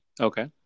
Okay